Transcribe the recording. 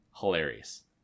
hilarious